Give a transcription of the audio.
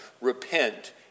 Repent